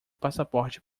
passaporte